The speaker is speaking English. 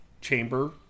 chamber